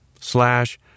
slash